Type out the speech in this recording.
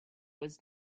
was